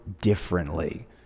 differently